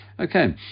Okay